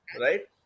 Right